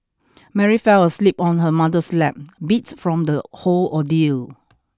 Mary fell asleep on her mother's lap beat from the whole ordeal